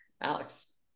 Alex